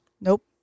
Nope